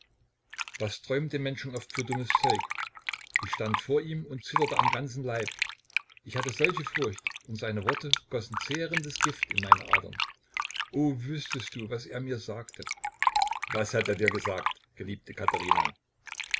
was träumt dem menschen oft für dummes zeug ich stand vor ihm und zitterte am ganzen leib ich hatte solche furcht und seine worte gossen zehrendes gift in meine adern o wüßtest du was er mir sagte was hat er dir gesagt geliebte katherina